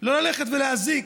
לא ללכת ולהזיק.